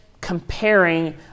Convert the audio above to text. comparing